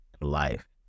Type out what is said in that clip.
life